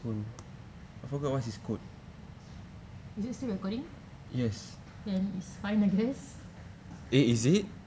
is it still recording then it's fine I guess